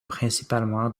principalement